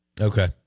Okay